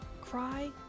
cry